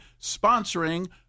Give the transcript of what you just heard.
sponsoring